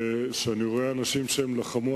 וכשאני רואה אנשים שלחמו,